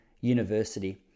University